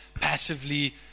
passively